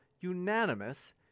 unanimous